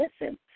listen